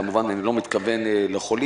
כמובן שאני לא מתכוון לחולים